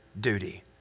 duty